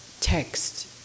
text